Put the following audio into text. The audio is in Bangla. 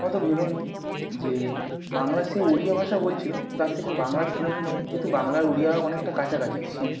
হয়তো ভেবে নিন যে বাংলা সে ওড়িয়া ভাষা বলছিল তার থেকে বাংলায় শুনে শুনে যেহেতু বাংলা ওড়িয়াও অনেকটা কাছাকাছি সেম